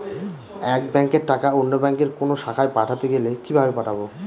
এক ব্যাংকের টাকা অন্য ব্যাংকের কোন অন্য শাখায় পাঠাতে গেলে কিভাবে পাঠাবো?